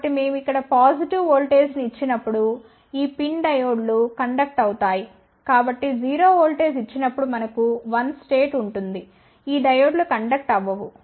కాబట్టి మేము ఇక్కడ పాజిటివ్ ఓల్టేజ్ను ఇచ్చినప్పుడు ఈ PIN డయోడ్లు కండక్ట్ అవుతాయి కాబట్టి 0 ఓల్టేజ్ ఇచ్చినప్పుడు మనకు 1 స్టేట్ ఉంటుంది ఈ డయోడ్లు కండక్ట్ అవ్వవు